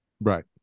Right